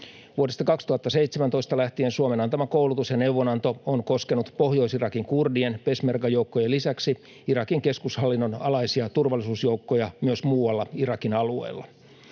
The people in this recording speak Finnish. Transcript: Vuodesta 2017 lähtien Suomen antama koulutus ja neuvonanto on koskenut Pohjois-Irakin kurdien peshmerga-joukkojen lisäksi Irakin keskushallinnon alaisia turvallisuusjoukkoja myös muualla Irakin alueella.